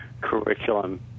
curriculum